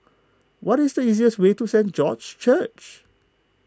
what is the easiest way to Saint George's Church